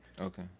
Okay